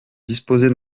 disposer